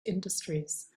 industries